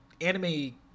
anime